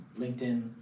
LinkedIn